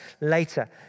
later